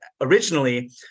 originally